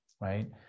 Right